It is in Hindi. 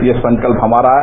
ये संकल्प हमारा है